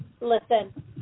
listen